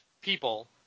people